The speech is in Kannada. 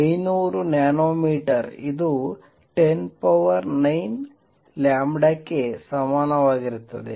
500 ನ್ಯಾನೋ ಮೀಟರ್ ಇದು 109 ಕ್ಕೆ ಸಮಾನವಾಗಿರುತ್ತದೆ